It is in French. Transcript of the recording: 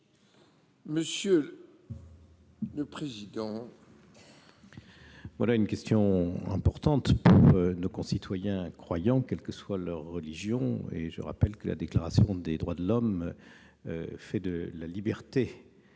monsieur le président.